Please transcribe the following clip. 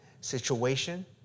situation